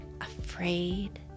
afraid